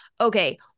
okay